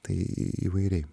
tai įvairiai